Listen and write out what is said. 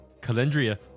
Calendria